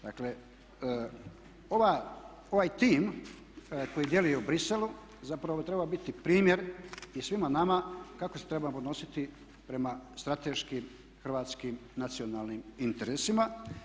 Dakle ovaj tim koji djeluje u Briselu zapravo bi trebao biti primjer i svima nama kako se trebamo odnositi prema strateškim hrvatskim nacionalnim interesima.